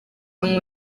ngo